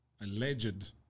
alleged